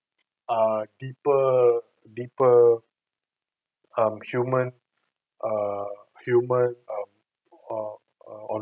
a deeper deeper um human err human um err on~